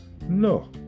No